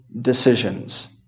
decisions